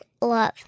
love